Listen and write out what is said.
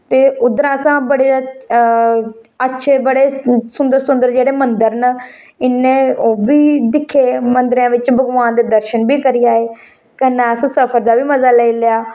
ते उद्धर असें बडे़ अच्छे बडे़ सुंदर सुंदर जेह्डे़ मंदर न इ'न्ने ओह् बी दिक्खे मंदरें बिच भगवान दे दर्शन बी करी आए कन्नै असें सफर दा बी मजा लेई लैआ